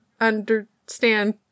understand